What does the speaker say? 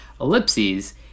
ellipses